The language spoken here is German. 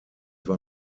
war